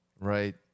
right